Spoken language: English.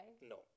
No